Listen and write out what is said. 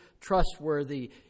trustworthy